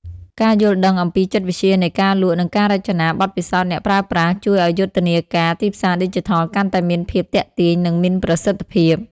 ការយល់ដឹងអំពីចិត្តវិទ្យានៃការលក់ និងការរចនាបទពិសោធន៍អ្នកប្រើប្រាស់ ជួយឱ្យយុទ្ធនាការទីផ្សារឌីជីថលកាន់តែមានភាពទាក់ទាញ និងមានប្រសិទ្ធភាព។